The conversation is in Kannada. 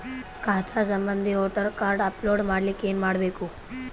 ಖಾತಾ ಸಂಬಂಧಿ ವೋಟರ ಕಾರ್ಡ್ ಅಪ್ಲೋಡ್ ಮಾಡಲಿಕ್ಕೆ ಏನ ಮಾಡಬೇಕು?